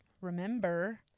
remember